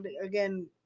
again